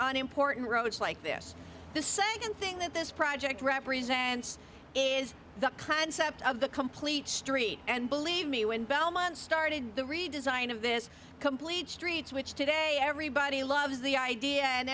on important roads like this the second thing that this project represents is the concept of the complete story and believe me when belmont started the redesign of this complete streets which today everybody loves the idea and